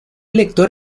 lector